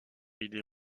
idée